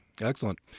Excellent